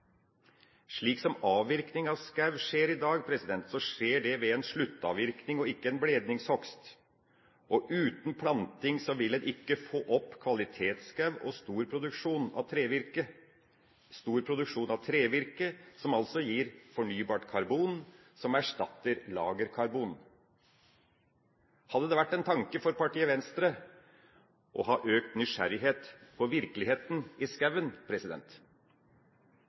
Slik som avvirkningen av skau skjer i dag, skjer det ved en sluttavvirkning, ikke en bledningshogst. Uten planting vil en ikke få opp kvalitetsskau og stor produksjon av trevirke. Stor produksjon av trevirke gir altså fornybart karbon, som erstatter lagerkarbon. Hadde det vært en tanke for partiet Venstre å ha økt nysgjerrighet for virkeligheten i skauen?